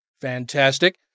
Fantastic